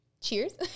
Cheers